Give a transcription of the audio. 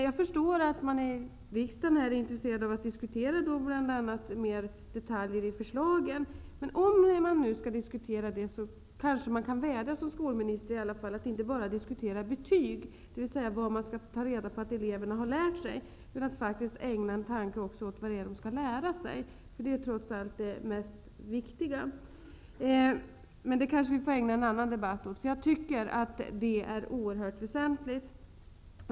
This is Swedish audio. Jag förstår att man i riksdagen är intresserad av att diskutera bl.a. detaljer i förslagen, men om man nu skall diskutera sådana, kanske jag som skolminister i alla fall får vädja till er att inte bara diskutera betyg, dvs. hur man skall ta reda på vad eleverna har lärt sig, utan faktiskt ägna en tanke också åt vad det är de skall lära sig. Det är trots allt det mest viktiga. Det kanske vi får ägna en annan debatt åt, men jag tycker att det är oerhört väsentligt.